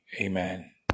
Amen